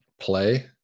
play